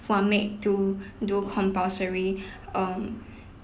who are made to do compulsory um